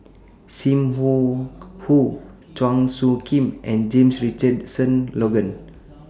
SIM Wong Hoo Chua Soo Khim and James Richardson Logan